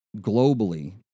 Globally